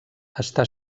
està